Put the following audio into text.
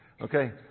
Okay